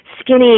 skinny